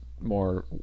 more